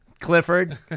Clifford